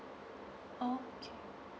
okay